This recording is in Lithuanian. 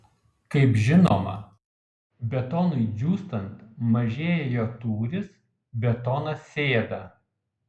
kaip žinoma betonui džiūstant mažėja jo tūris betonas sėda